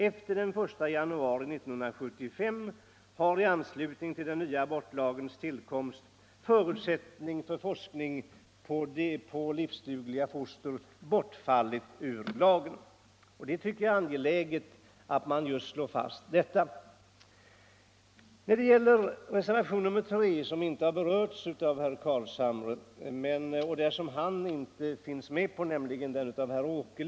Efter den 1 januari 1975, tillägger utskottet, har i anslutning till den nya abortlagens tillkomst förutsättningarna för forskning på livsdugliga foster bortfallit ur lagen. Jag tycker det är angeläget att man slår fast just detta. Reservationen 3 av herr Åkerlind har inte berörts av herr Carlshamre, eftersom han inte finns med som undertecknare.